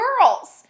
girls